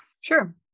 Sure